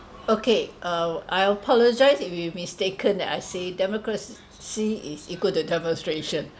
okay uh I apologise if you mistaken that I say democracy is equal to demonstration